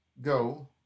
go